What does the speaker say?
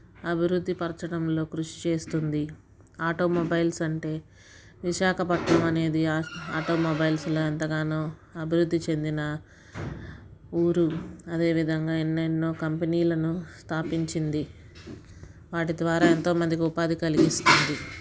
అభివృద్ధి పరచడంలో కృషి చేస్తుంది ఆటోమొబైల్స్ అంటే విశాఖపట్నమనేది ఆటోమొబైల్స్లో ఎంతగానో అభివృద్ధి చెందిన ఊరు అదేవిధంగా ఎన్నెన్నో కంపెనీలను స్థాపించింది వాటి ద్వారా ఎంతో మందికి ఉపాధి కలిగిస్తుంది